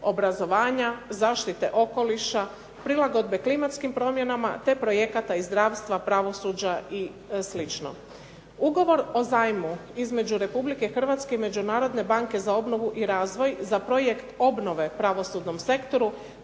obrazovanja, zaštite okoliša, prilagodbe klimatskim promjenama, te projekata iz zdravstva, pravosuđa i slično. Ugovor o zajmu između Republike Hrvatske i Međunarodne banke za obnovu i razvoj za projekt obnove pravosudnom sektoru